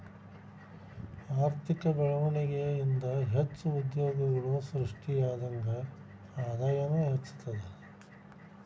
ಆರ್ಥಿಕ ಬೆಳ್ವಣಿಗೆ ಇಂದಾ ಹೆಚ್ಚು ಉದ್ಯೋಗಗಳು ಸೃಷ್ಟಿಯಾದಂಗ್ ಆದಾಯನೂ ಹೆಚ್ತದ